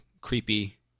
creepy